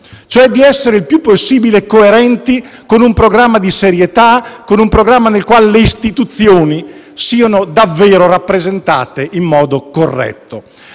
cioè di essere il più possibile coerenti con un programma di serietà, nel quale le istituzioni siano davvero rappresentate in modo corretto.